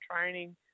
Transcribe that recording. training